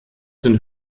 den